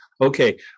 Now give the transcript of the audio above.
Okay